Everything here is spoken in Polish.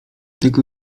tego